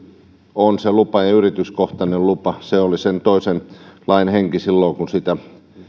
on se lupa ja yrityskohtainen lupa se oli sen toisen lain henki silloin kun sitä